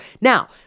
Now